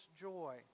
joy